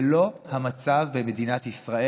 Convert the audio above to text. זה לא המצב במדינת ישראל.